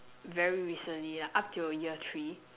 very recently lah up till year three